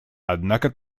однако